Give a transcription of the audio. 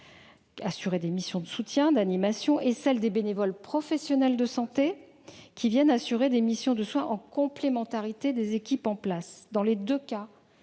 assurer des missions de soutien et d'animation et celle des professionnels de santé qui viennent assurer des missions de soins en complémentarité des équipes en place. Dans les deux cas,